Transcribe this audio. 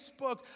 Facebook